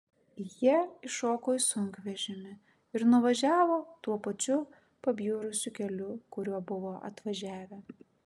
jie įšoko į sunkvežimį ir nuvažiavo tuo pačiu pabjurusiu keliu kuriuo buvo atvažiavę